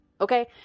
okay